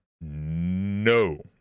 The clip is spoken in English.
no